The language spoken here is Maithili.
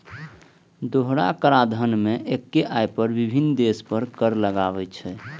दोहरा कराधान मे एक्के आय पर विभिन्न देश कर लगाबै छै